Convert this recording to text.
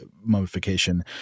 mummification